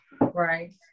Right